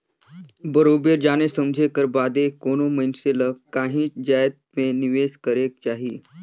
बरोबेर जाने समुझे कर बादे कोनो मइनसे ल काहींच जाएत में निवेस करेक जाही